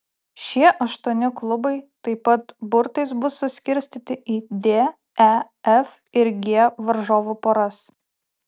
šie aštuoni klubai taip pat burtais bus suskirstyti į d e f ir g varžovų poras